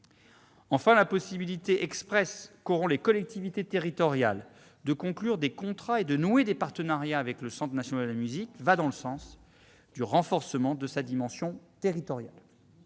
Enfin, la possibilité expresse qu'auront les collectivités territoriales de conclure des contrats et de nouer des partenariats avec le Centre national de la musique va dans le sens du renforcement de sa dimension territoriale.